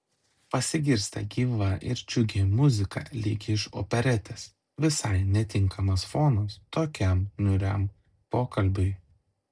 pasigirsta gyva ir džiugi muzika lyg iš operetės visai netinkamas fonas tokiam niūriam pokalbiui